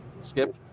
Skip